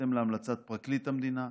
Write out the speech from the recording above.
בהתאם להמלצת פרקליט המדינה,